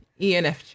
ENFJ